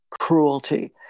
cruelty